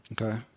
Okay